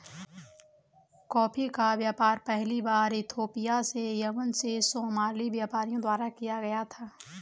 coffee का व्यापार पहली बार इथोपिया से यमन में सोमाली व्यापारियों द्वारा किया गया